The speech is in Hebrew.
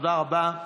תודה רבה.